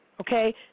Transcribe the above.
okay